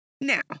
Now